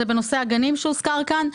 הוא בנושא הגנים שהוזכר כאן.